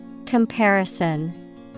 Comparison